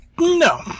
No